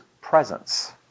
presence